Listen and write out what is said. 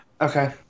Okay